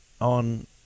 on